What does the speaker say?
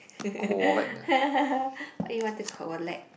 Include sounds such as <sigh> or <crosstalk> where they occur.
<laughs> what you want to collect